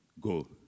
Go